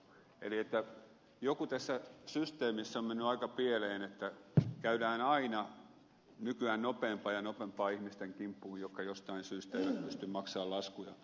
eli joku tässä systeemissä on mennyt aika pieleen kun käydään nykyään nopeampaa ja nopeampaa ihmisten kimppuun jotka jostain syystä eivät pysty maksamaan laskujaan